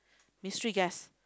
mystery guest